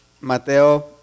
Mateo